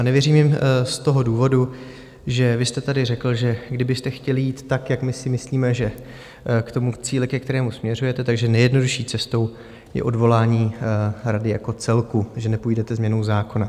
A nevěřím jim z toho důvodu, že vy jste tady řekl, že kdybyste chtěli jít tak, jak my si myslíme, že k tomu cíli, ke kterému směřujete, tak že nejjednodušší cestou je odvolání rady jako celku, že nepůjdete změnou zákona.